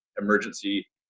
emergency